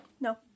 No